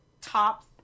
top